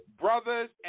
Brothers